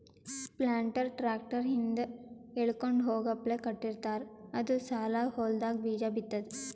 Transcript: planter tractor ಹಿಂದ್ ಎಳ್ಕೊಂಡ್ ಹೋಗಪ್ಲೆ ಕಟ್ಟಿರ್ತಾರ್ ಅದು ಸಾಲಾಗ್ ಹೊಲ್ದಾಗ್ ಬೀಜಾ ಬಿತ್ತದ್